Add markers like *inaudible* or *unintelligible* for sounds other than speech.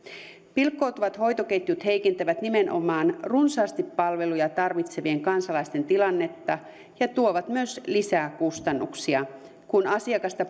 pilkkoutuvat hoitoketjut heikentävät nimenomaan runsaasti palveluja tarvitsevien kansalaisten tilannetta ja tuovat myös lisää kustannuksia kun asiakasta *unintelligible*